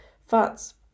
fats